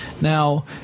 Now